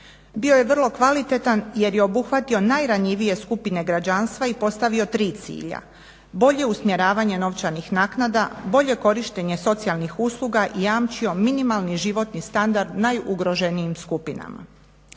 Bio je vrlo kvalitetan jer je obuhvatio najranjivije skupine građanstva i postavio tri cilja: bolje usmjeravanje novčanih naknada, bolje korištenje socijalnih usluga i jamčio minimalni životni standard najugroženijim skupinama.